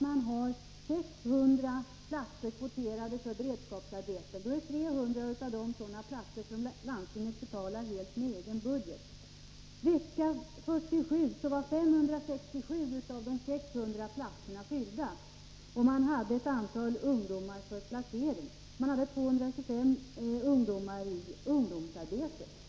Man har 600 platser kvoterade för beredskapsarbeten. 300 av dessa platser är sådana som landstinget betalar helt över den egna budgeten. Vecka 47 var 567 av de 600 platserna tillsatta, och man hade ett antal ungdomar för placering. Man hade 225 ungdomar i ungdomsarbete.